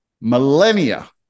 millennia